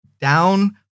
down